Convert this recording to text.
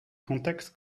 contexte